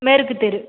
மேற்குத் தெரு